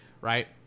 right